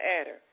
adder